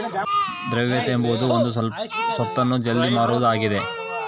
ದ್ರವ್ಯತೆ ಎಂಬುದು ಒಂದು ಸ್ವತ್ತನ್ನು ಜಲ್ದಿ ಮಾರುವುದು ಆಗಿದ